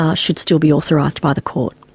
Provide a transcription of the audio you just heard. um should still be authorised by the court.